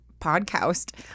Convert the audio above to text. podcast